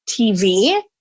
TV